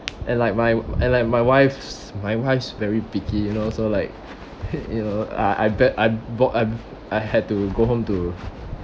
and like my and like my wife's my wife's very picky you know so like you know uh I bet I bought I I had to go home to